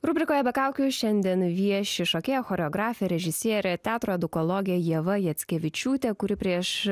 rubrikoje be kaukių šiandien vieši šokėja choreografė režisierė teatro edukologė ieva jackevičiūtė kuri prieš